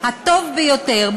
ההסדר הטוב ביותר,